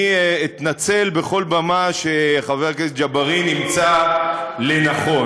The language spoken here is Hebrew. אני אתנצל מעל כל במה שחבר הכנסת ג'בארין ימצא לנכון.